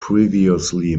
previously